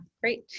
great